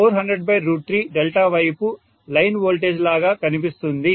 కాబట్టి 4003 డెల్టా వైపు line voltage లాగా కనిపిస్తుంది